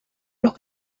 los